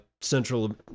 Central